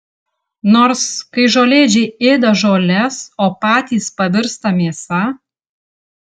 nors kai žolėdžiai ėda žoles o patys pavirsta mėsa